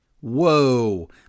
whoa